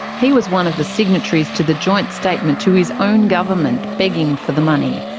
he was one of the signatories to the joint statement to his own government begging for the money.